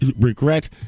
regret